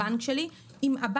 בבקשה, אודי מוריה.